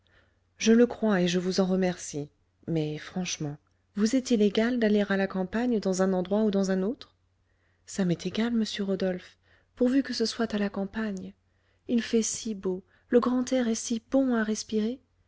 je le crois et je vous en remercie mais franchement vous est-il égal d'aller à la campagne dans un endroit ou dans un autre ça m'est égal monsieur rodolphe pourvu que ce soit à la campagne il fait si beau le grand air est si bon à respirer